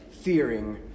fearing